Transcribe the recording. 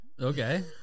Okay